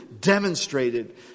demonstrated